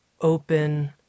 open